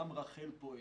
גם רח"ל פועלת.